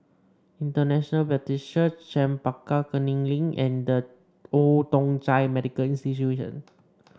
International Baptist Church Chempaka Kuning Link and The Old Thong Chai Medical Institution